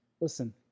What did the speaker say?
listen